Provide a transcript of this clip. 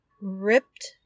ripped